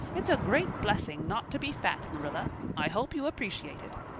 it's a great blessing not to be fat, marilla. i hope you appreciate it.